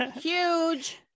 huge